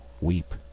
weep